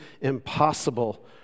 impossible